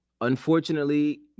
Unfortunately